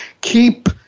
keep